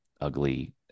ugly